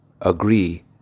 agree